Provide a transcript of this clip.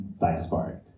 diasporic